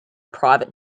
private